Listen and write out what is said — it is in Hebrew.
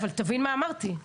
אבל תבין מה אמרתי.